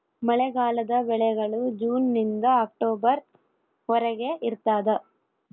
ಮಳೆಗಾಲದ ಬೆಳೆಗಳು ಜೂನ್ ನಿಂದ ಅಕ್ಟೊಬರ್ ವರೆಗೆ ಇರ್ತಾದ